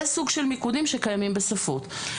זה סוג של מיקודים שקיימים בשפות.